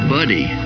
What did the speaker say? Buddy